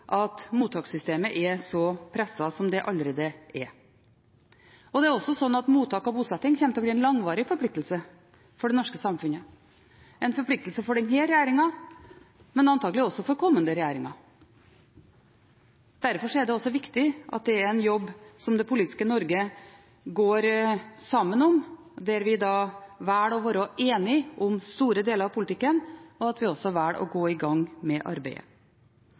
mottakssystemet er så presset som det allerede er. Det er også slik at mottak og bosetting kommer til å bli en langvarig forpliktelse for det norske samfunnet – en forpliktelse for denne regjeringen, men antakelig også for kommende regjeringer. Derfor er det viktig at det er en jobb som det politiske Norge står sammen om – der vi velger å være enige om store deler av politikken, og at vi velger å gå i gang med arbeidet.